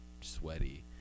sweaty